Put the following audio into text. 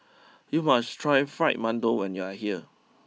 you must try Fried Mantou when you are here